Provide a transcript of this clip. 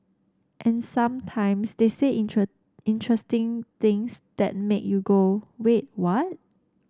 and sometimes they say interesting things that make you go wait what